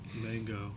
Mango